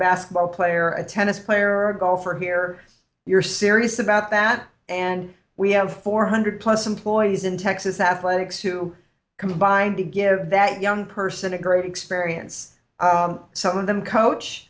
basketball player a tennis player or golfer here you're serious about that and we have four hundred plus employees in texas athletics to combine to give that young person a great experience some of them coach